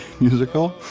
musical